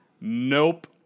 Nope